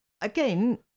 again